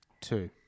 Two